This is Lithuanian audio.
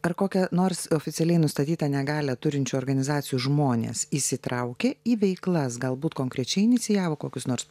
ar kokią nors oficialiai nustatytą negalią turinčių organizacijų žmonės įsitraukė į veiklas galbūt konkrečiai inicijavo kokius nors